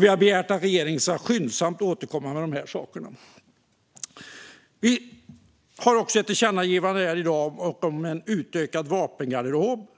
Vi har begärt att regeringen skyndsamt ska återkomma med de här sakerna. Utskottet föreslår också ett tillkännagivande om en utökad vapengarderob.